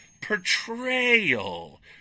portrayal